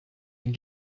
ihn